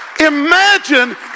Imagine